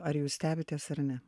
ar jūs stebitės ar ne